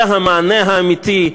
וזה המענה האמיתי,